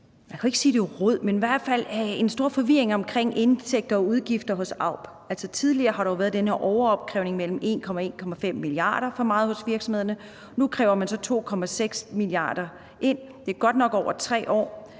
man kan ikke sige rod, men i hvert fald stor forvirring om indtægter og udgifter hos AUB. Tidligere har der jo været den her overopkrævning på mellem 1 og 1,5 mia. kr. for meget hos virksomhederne. Nu kræver man så 2,6 mia. kr. ind – godt nok over 3 år,